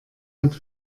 hat